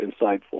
insightful